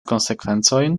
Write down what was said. konsekvencojn